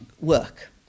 work